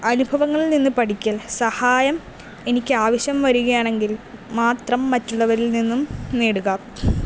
അനുഭവങ്ങളിൽ നിന്ന് പഠിക്കാൻ സഹായം എനിക്ക് ആവശ്യം വരികയാണെങ്കിൽ മാത്രം മറ്റുള്ളവരിൽ നിന്നും നേടുക